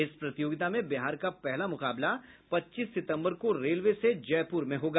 इस प्रतियोगिता में बिहार का पहला मुकाबला पच्चीस सितम्बर को रेलवे से जयपुर में होगा